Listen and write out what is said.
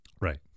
Right